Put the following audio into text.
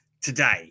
today